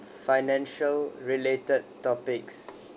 financial related topics